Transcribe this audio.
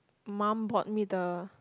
mum bought me the